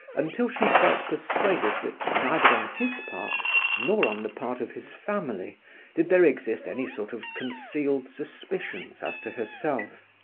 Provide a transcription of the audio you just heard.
until she felt persuaded that neither on his part nor on the part of his family did there exist any sort of concealed suspicions as to herself.